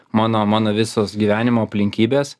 mano mano visos gyvenimo aplinkybės